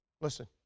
Listen